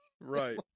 Right